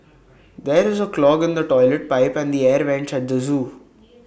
there is A clog in the Toilet Pipe and the air Vents at the Zoo